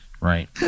Right